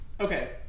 Okay